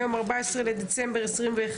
היום 14 בדצמבר 2021,